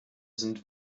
sind